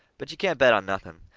but you can't bet on nothing.